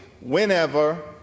whenever